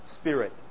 spirit